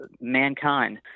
mankind